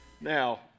Now